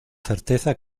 certeza